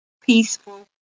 peaceful